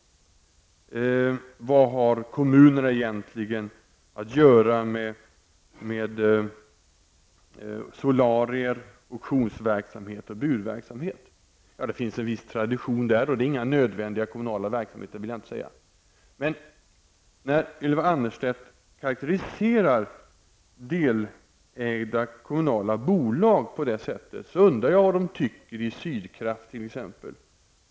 Vad har kommunerna egentligen att göra med solarier, auktionsverksamhet och budverksamhet? undrade hon. Det finns en viss tradition där, men jag vill inte säga att de är nödvändiga kommunala verksamheter. När Ylva Annerstedt karakteriserar delägda kommunala bolag, undrar jag dock vad man tycker i Sydkraft t.ex.